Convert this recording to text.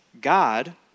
God